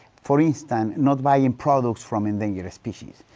for instance, not buying products from endangered species.